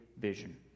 vision